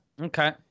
okay